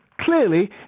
clearly